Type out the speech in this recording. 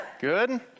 Good